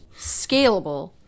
scalable